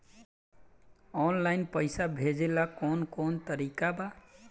Online पइसा भेजेला कवन कवन तरीका बा?